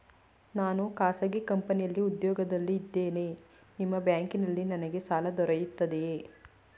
ನಾನು ಖಾಸಗಿ ಕಂಪನಿಯಲ್ಲಿ ಉದ್ಯೋಗದಲ್ಲಿ ಇದ್ದೇನೆ ನಿಮ್ಮ ಬ್ಯಾಂಕಿನಲ್ಲಿ ನನಗೆ ಸಾಲ ದೊರೆಯುತ್ತದೆಯೇ?